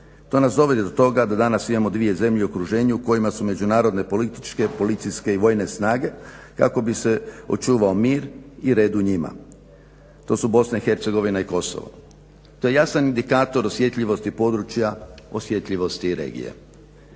To nas dovodi do toga da danas imamo dvije zemlje u okruženju u kojima su međunarodne političke, policijske i vojne snage kako bi se očuvao mir i red u njima. To su BiH i Kosovo. To je jasan indikator osjetljivosti područja, osjetljivosti regije.